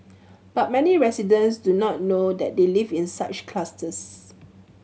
but many residents do not know that they live in such clusters